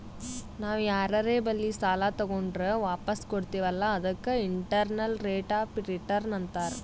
ನಾವ್ ಯಾರರೆ ಬಲ್ಲಿ ಸಾಲಾ ತಗೊಂಡುರ್ ವಾಪಸ್ ಕೊಡ್ತಿವ್ ಅಲ್ಲಾ ಅದಕ್ಕ ಇಂಟರ್ನಲ್ ರೇಟ್ ಆಫ್ ರಿಟರ್ನ್ ಅಂತಾರ್